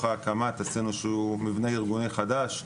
הקמ"ט עשינו איזשהו מבנה ארגוני חדש,